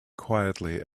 quietly